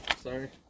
sorry